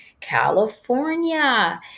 California